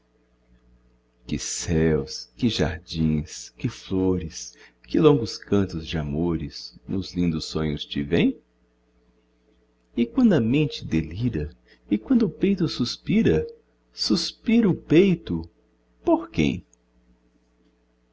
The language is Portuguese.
céus que jardins que flores que longos cantos de amores nos lindos sonhos te vem e quando a mente delira e quando o peito suspira suspira o peito por quem